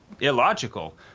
illogical